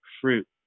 fruit